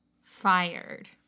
Fired